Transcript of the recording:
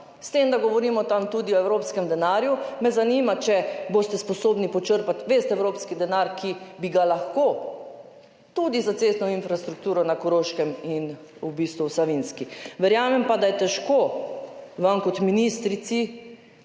S tem, da govorimo tam tudi o evropskem denarju, me zanima, če boste sposobni počrpati ves evropski denar, ki bi ga lahko tudi za cestno infrastrukturo na Koroškem in v bistvu v Savinjski. Verjamem pa, da je težko vam kot ministrici